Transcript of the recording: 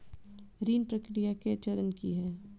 ऋण प्रक्रिया केँ चरण की है?